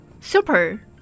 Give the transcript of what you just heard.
Super